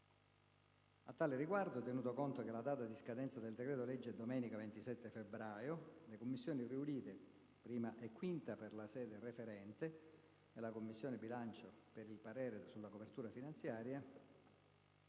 A tale riguardo, tenuto conto che la data di scadenza del decreto-legge è domenica 27 febbraio, le Commissioni riunite 1a e 5a per la sede referente e la Commissione bilancio per il parere sulla copertura finanziaria